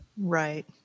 Right